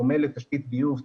בדומה לתשתית ביוב,